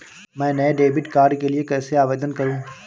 मैं नए debit card के लिए कैसे आवेदन करूं?